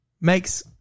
makes